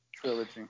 trilogy